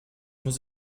muss